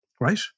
right